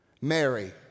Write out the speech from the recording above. Mary